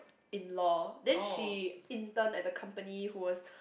in law then she intern at the company who was